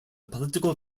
political